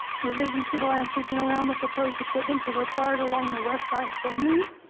revisions to the landscaping around the proposed equipment to required along the west side only